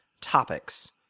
topics